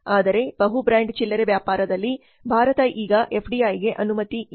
ಆದರೆ ಬಹು ಬ್ರಾಂಡ್ ಚಿಲ್ಲರೆ ವ್ಯಾಪಾರದಲ್ಲಿ ಭಾರತದಲ್ಲಿ ಈಗ ಎಫ್ಡಿಐಗೆ ಅನುಮತಿ ಇಲ್ಲ